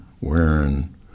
wearing